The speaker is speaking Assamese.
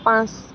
পাঁচ